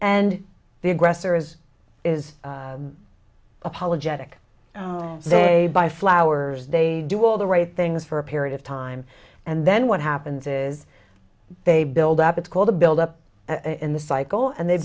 and the aggressor is is apologetic they buy flowers they do all the right things for a period of time and then what happens is they build up it's called a build up in the cycle and they